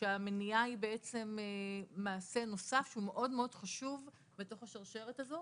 המניעה היא בעצם מעשה נוסף שהוא מאוד חשוב בתוך השרשרת הזו.